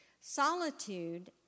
Solitude